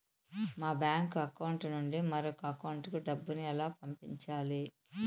మా bank account నుండి మరొక అకౌంట్ కు డబ్బును ఎలా పంపించాలి